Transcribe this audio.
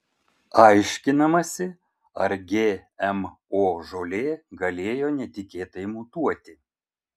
aiškinamasi ar gmo žolė galėjo netikėtai mutuoti